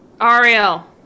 Ariel